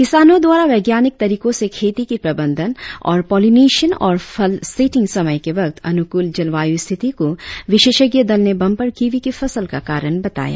किसानों द्वारा वैज्ञानिक तरीकों से खेती की प्रबंधन और पोलीनेशन और फल सेटिंग समय के वक्त अनुकूल जलवायु स्थिति को विशेषज्ञ दल ने बम्पर कीवी की फसल का कारण बताया